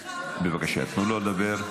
בבקשה, תנו לו לדבר.